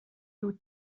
two